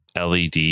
LED